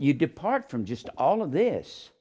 you depart from just all of this